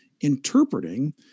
interpreting